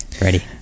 Ready